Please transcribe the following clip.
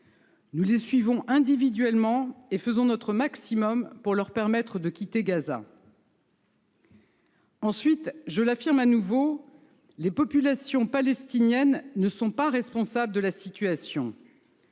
Nous les suivons individuellement et faisons notre maximum pour leur permettre de quitter ce territoire. Ensuite, je l’affirme de nouveau, les populations palestiniennes ne sont pas responsables de la situation.